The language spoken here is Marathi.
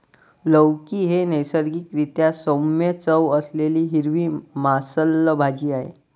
लौकी ही नैसर्गिक रीत्या सौम्य चव असलेली हिरवी मांसल भाजी आहे